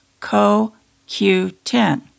CoQ10